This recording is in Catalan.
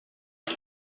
els